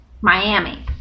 Miami